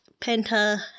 penta